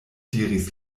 diris